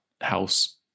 house